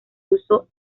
uso